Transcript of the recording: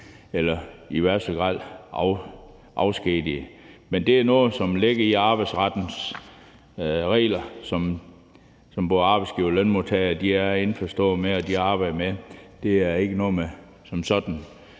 eller i værste fald bliver afskediget. Men det er noget, som ligger i arbejdsrettens regler, som både arbejdsgivere og lønmodtagere er indforstået med og arbejder under. Det er ikke nogle regler, vi som sådan